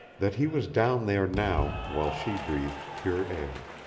that he was down there now, while she breathed pure air.